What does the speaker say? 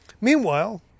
Meanwhile